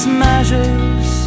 measures